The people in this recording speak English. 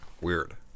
weird